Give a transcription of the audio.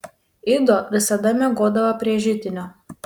ido visada miegodavo prie židinio